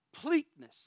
completeness